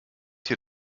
hier